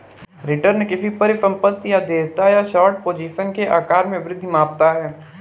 return किसी परिसंपत्ति या देयता या शॉर्ट पोजीशन के आकार में वृद्धि को मापता है